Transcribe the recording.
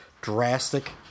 drastic